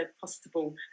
possible